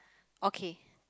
okay